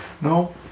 no